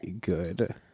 good